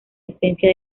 esencia